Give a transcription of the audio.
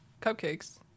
cupcakes